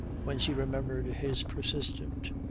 when she remembered his persistent,